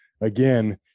again